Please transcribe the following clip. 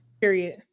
Period